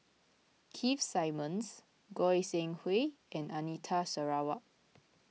Keith Simmons Goi Seng Hui and Anita Sarawak